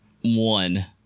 One